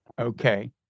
Okay